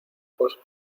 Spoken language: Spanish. cosa